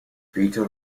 peter